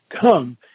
come